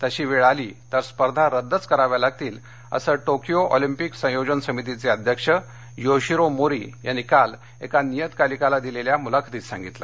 तशी वेळ आली तर स्पर्धा रद्दच कराव्या लागतील असं टोकीयो ऑलिंपिक संयोजन समितीचे अध्यक्ष योशिरो मोरी यांनी काल एका नियतकालिकाला दिलेल्या मुलाखतीत सांगितलं